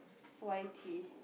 why tea